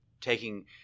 taking